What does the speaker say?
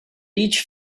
each